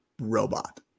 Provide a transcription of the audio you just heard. Robot